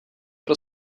pro